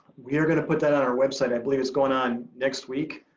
we're gonna our website. i believe it's going on next week.